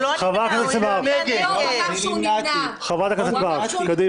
הוא לא נמנע, הוא הצביע נגד.